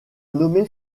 nommée